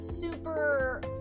super